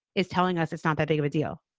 is telling us it's not that big of a deal?